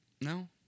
no